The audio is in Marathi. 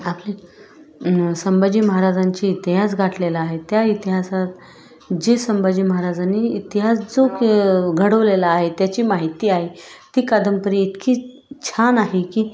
आपली संभाजी महाराजांची इतिहास घातलेला आहे त्या इतिहासात जे संभाजी महाराजांनी इतिहास जो घडवलेला आहे त्याची माहिती आहे ती कादंबरी इतकी छान आहे की